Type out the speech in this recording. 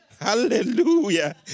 Hallelujah